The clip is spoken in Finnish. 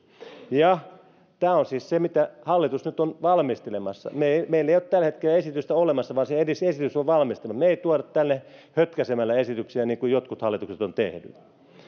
tämä on siis se mitä hallitus nyt on valmistelemassa meillä ei ole tällä hetkellä esitystä olemassa vaan se esitys on valmisteilla me emme tuo tänne hötkäisemällä esityksiä niin kuin jotkut hallitukset ovat tehneet